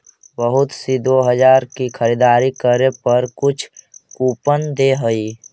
बहुत सी दो हजार की खरीदारी करे पर कुछ कूपन दे हई